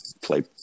play